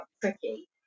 tricky